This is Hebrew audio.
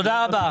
תודה רבה.